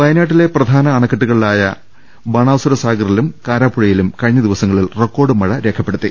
വയനാട്ടിലെ പ്രധാന അണക്കെട്ടുകളായ ബാണാസുര സാഗ്ററിലും കാരാ പ്പുഴയിലും കഴിഞ്ഞ ദിവസങ്ങളിൽ റെക്കോർഡ് മഴിരേഖപ്പെടുത്തി